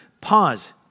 Pause